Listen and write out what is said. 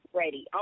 ready